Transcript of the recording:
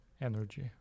energy